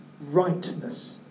rightness